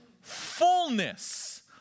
fullness